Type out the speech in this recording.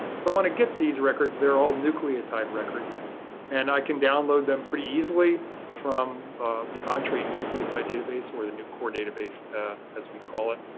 if i want to get these records they're all nucleotide records and i can download them pretty easily from the um entrez nucleotide database or the nuccore database as we call it.